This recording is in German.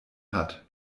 hat